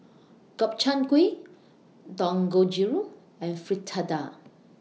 Gobchang Gui Dangojiru and Fritada